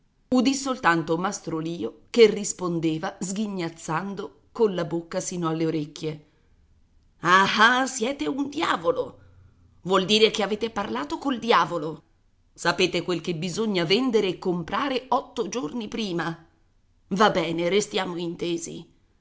udì soltanto mastro lio che rispondeva sghignazzando colla bocca sino alle orecchie ah ah siete un diavolo vuol dire che avete parlato col diavolo sapete quel che bisogna vendere e comprare otto giorni prima va bene restiamo intesi